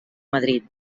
madrid